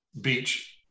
beach